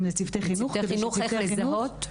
לצוותי חינוך איך לזהות?